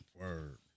Word